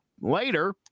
Later